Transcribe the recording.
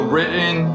Written